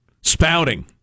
spouting